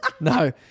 no